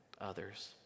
others